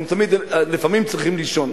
לפעמים צריכים לישון.